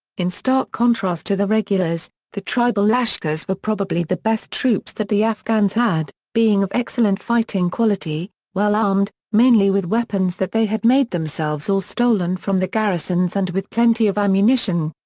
in stark contrast to the regulars, the tribal lashkars were probably the best troops that the afghans had, being of excellent fighting quality, well armed, mainly with weapons that they had made themselves or stolen from the garrisons and with plenty of ammunition.